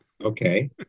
Okay